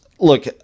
Look